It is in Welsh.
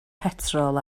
petrol